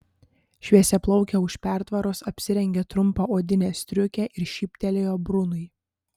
šviesiaplaukė už pertvaros apsirengė trumpą odinę striukę ir šyptelėjo brunui